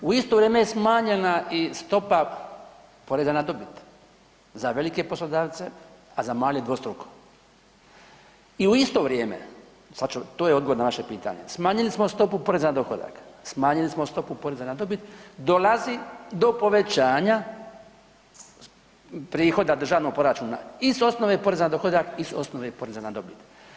U isto vrijeme je smanjena i stopa poreza na dobit za velike poslodavce, a za male dvostruko i u isto vrijeme, to je odgovor na vaše pitanje, smanjili smo stopu poreza na dohodak, smanjili smo stopu poreza na dobit dolazi do povećanja prihoda državnog proračuna i s osnove poreza na dohodak i s osnove poreza na dobit.